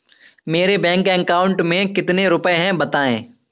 मेरे bank account में कितने रुपए हैं बताएँ?